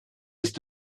ist